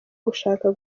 gushaka